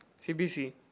CBC